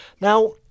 Now